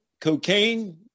cocaine